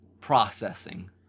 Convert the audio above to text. processing